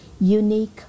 unique